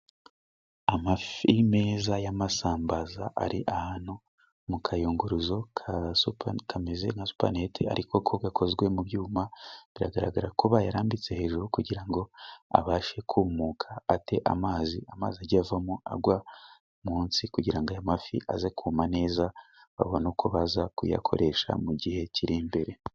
Amafi meza y'amasambaza ari ahantu mu kayunguruzo kazo kameze nka supanete ariko ko gakozwe mu byuma biragaragara ko bayarambitse hejuru kugira ngo abashe kumuka, ate amazi, amazi ajye avamo agwa munsi kugira aya mafi aze kuma neza babone uko baza kuyakoresha mu gihe kiri imbere.